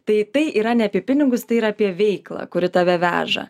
tai tai yra ne apie pinigus tai yra apie veiklą kuri tave veža